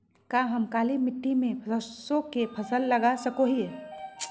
का हम काली मिट्टी में सरसों के फसल लगा सको हीयय?